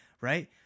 right